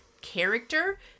character